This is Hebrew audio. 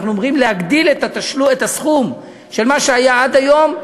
אנחנו אומרים: להגדיל את הסכום של מה שהיה עד היום,